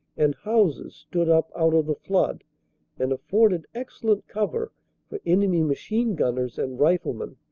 and houses stood up out of the flood and afforded excellent cover for enemy machine-gunners and riflemen.